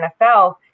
NFL